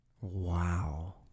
Wow